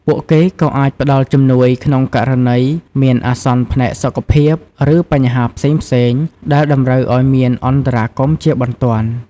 ពួកគេក៏អាចផ្តល់ជំនួយក្នុងករណីមានអាសន្នផ្នែកសុខភាព ឬបញ្ហាផ្សេងៗដែលតម្រូវឲ្យមានអន្តរាគមន៍ជាបន្ទាន់។